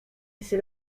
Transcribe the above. rysy